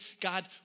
God